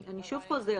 אני שוב חוזרת,